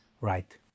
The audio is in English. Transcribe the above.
right